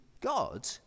God